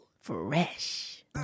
Fresh